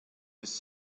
was